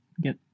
get